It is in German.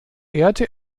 ehrte